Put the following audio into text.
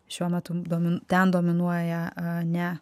šiuo metu domi ten dominuoja a ne